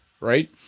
Right